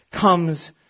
comes